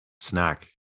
snack